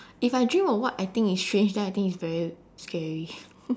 if I dream of what I think is strange then I think it's very scary